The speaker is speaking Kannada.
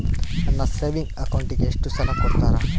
ನನ್ನ ಸೇವಿಂಗ್ ಅಕೌಂಟಿಗೆ ಎಷ್ಟು ಸಾಲ ಕೊಡ್ತಾರ?